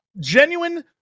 Genuine